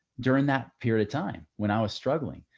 during that period of time, when i was struggling,